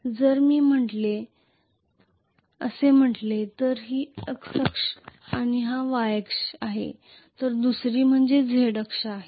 जर मी असे म्हटले तर ही X अक्ष आहे आणि ही Y अक्ष आहे तर दुसरी म्हणजे Z अक्ष आहे